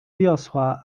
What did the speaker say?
wiosła